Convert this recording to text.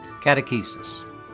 Catechesis